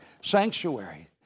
sanctuary